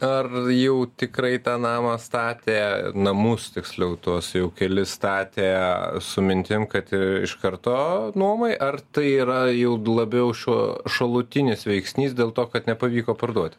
ar jau tikrai tą namą statė namus tiksliau tuos jau kelis statė su mintim kad iš karto nuomai ar tai yra jau labiau šiuo šalutinis veiksnys dėl to kad nepavyko parduoti